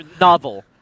novel